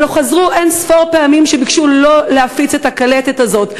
הלוא חזרו אין-ספור פעמים וביקשו לא להפיץ את הקלטת הזאת.